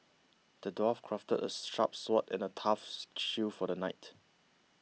the dwarf crafted a sharp sword and a tough shield for the knight